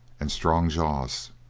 and strong jaws.